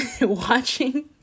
watching